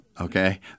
Okay